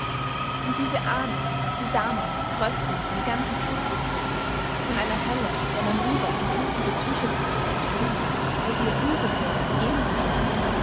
und diese ahnung die damals fröstelnd den ganzen zug durchlief von einer hölle der man lieber in blutige tücher gehüllt entflieht als ihr unversehrt entgegen